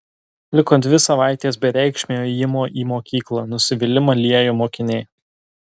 liko dvi savaitės bereikšmio ėjimo į mokyklą nusivylimą liejo mokinė